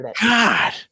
God